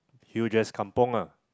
huge ass kampung lah